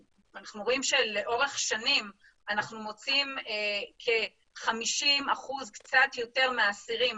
לאורך שנים אנחנו מוצאים כ-50% קצת יותר מהאסירים